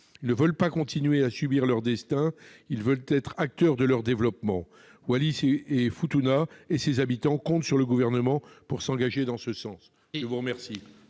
Ils ne veulent pas continuer à subir leur destin ; ils veulent être acteurs de leur développement. Wallis-et-Futuna et ses habitants comptent sur le Gouvernement pour s'engager en ce sens. La parole